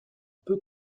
peu